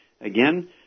Again